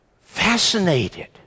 fascinated